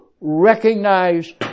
recognize